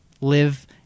Live